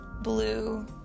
blue